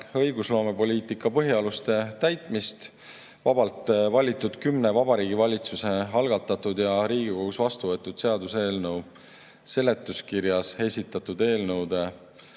õigusloomepoliitika põhialuste täitmist, [käsitledes] vabalt valitud kümne Vabariigi Valitsuse algatatud ja Riigikogus vastu võetud seaduseelnõu seletuskirjas esitatud eelnõu